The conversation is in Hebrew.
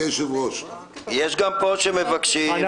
אני